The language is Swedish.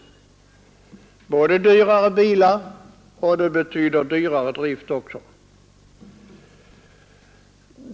Det betyder både dyrare bilar och dyrare drift.